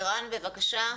ערן, בבקשה.